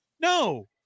No